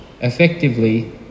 effectively